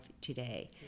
today